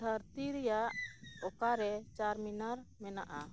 ᱫᱷᱟᱹᱨᱛᱤ ᱨᱮᱱᱟᱜ ᱚᱠᱟᱨᱮ ᱪᱟᱨᱢᱤᱱᱟᱨ ᱢᱮᱱᱟᱜᱼᱟ